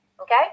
okay